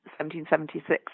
1776